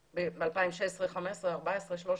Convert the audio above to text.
ב-2016, 2015, 2014, 2013?